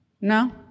No